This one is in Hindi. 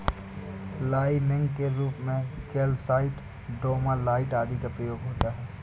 लाइमिंग के रूप में कैल्साइट, डोमालाइट आदि का प्रयोग होता है